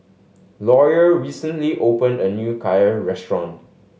lawyer recently opened a new Kheer restaurant